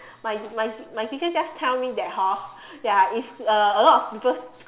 my my my teacher just tell me that hor ya it's uh a lot of people